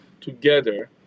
together